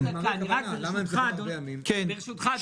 ברשותך,